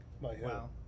Wow